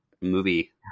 movie